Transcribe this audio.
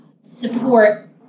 support